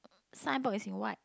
signboard is in white